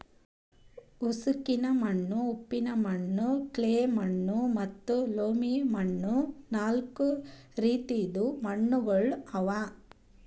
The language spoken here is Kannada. ಉಸುಕಿನ ಮಣ್ಣ, ಉಪ್ಪಿನ ಮಣ್ಣ, ಕ್ಲೇ ಮಣ್ಣ ಮತ್ತ ಲೋಮಿ ಮಣ್ಣ ನಾಲ್ಕು ರೀತಿದು ಮಣ್ಣುಗೊಳ್ ಅವಾ